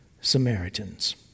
Samaritans